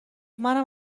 منم